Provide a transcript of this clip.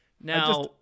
Now